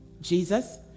Jesus